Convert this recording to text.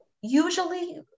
usually